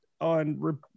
on